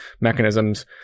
mechanisms